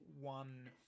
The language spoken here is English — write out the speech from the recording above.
one